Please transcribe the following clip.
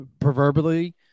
proverbially